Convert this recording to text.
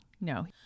No